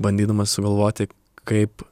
bandydamas sugalvoti kaip